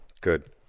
Good